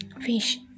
Fish